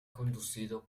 conducido